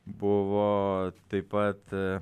buvo taip pat